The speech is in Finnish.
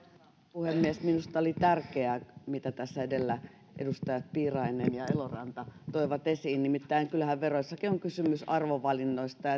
puhemies minusta oli tärkeää se mitä tässä edellä edustajat piirainen ja eloranta toivat esiin nimittäin kyllähän veroissakin on kysymys arvovalinnoista